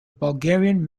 bulgarian